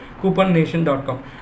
couponnation.com